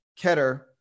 Keter